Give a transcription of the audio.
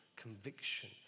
Conviction